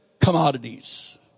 commodities